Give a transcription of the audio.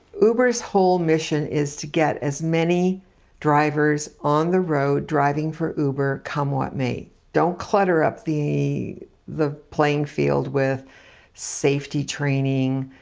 uber's whole mission is to get as many drivers on the road driving for uber come what may. don't clutter up the the playing field with safety training,